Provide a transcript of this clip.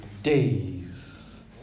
days